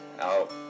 out